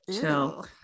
chill